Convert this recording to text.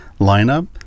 lineup